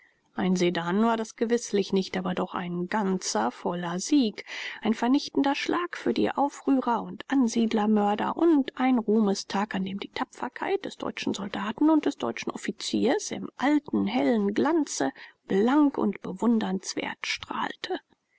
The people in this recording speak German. ein sedan war das gewißlich nicht aber doch ein ganzer voller sieg ein vernichtender schlag für die aufrührer und ansiedlermörder und ein ruhmestag an dem die tapferkeit des deutschen soldaten und des deutschen offiziers im alten hellen glanze blank und bewundernswert strahlte